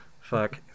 fuck